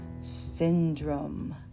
syndrome